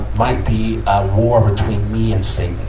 might be a war between me and satan.